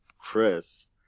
Chris